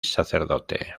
sacerdote